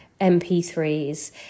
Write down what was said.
MP3s